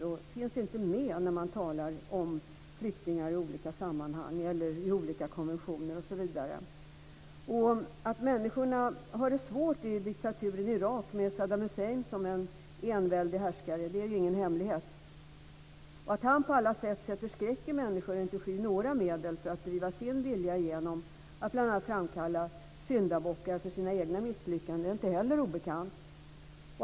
Den finns inte med när man talar om flyktingar i olika sammanhang eller i olika konventioner, osv. Att människorna har det svårt i diktaturens Irak med Saddam Hussein som enväldig härskare är ingen hemlighet. Att han på alla sätt sätter skräck i människor och inte skyr några medel för att driva sin vilja igenom och bl.a. framkalla syndabockar för sina egna misslyckanden är inte heller obekant.